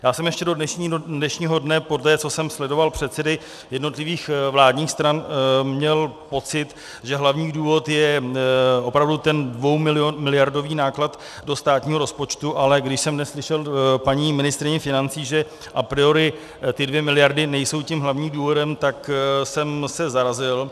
Já jsem ještě do dnešního dne, poté co jsem sledoval předsedy jednotlivých vládních stran, měl pocit, že hlavní důvod je opravdu ten dvoumiliardový náklad do státního rozpočtu, ale když jsem dnes slyšel paní ministryni financí, že a priori ty dvě miliardy nejsou tím hlavním důvodem, tak jsem se zarazil.